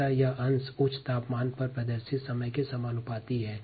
अतः यह भाग उच्च तापमान पर प्रदर्शित समय के समानुपाती है